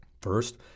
First